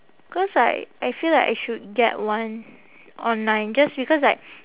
cause like I feel like I should get one online just because like